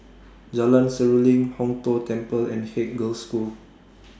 Jalan Seruling Hong Tho Temple and Haig Girls' School